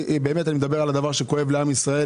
באמת, אני מדבר על הדבר שכואב לעם ישראל.